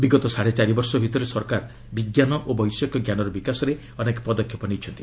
ବିଗତ ସାଢ଼େ ଚାରି ବର୍ଷ ଭିତରେ ସରକାର ବିଜ୍ଞାନ ଓ ବୈଷୟିକଜ୍ଞାନର ବିକାଶରେ ଅନେକ ପଦକ୍ଷେପ ନେଇଛନ୍ତି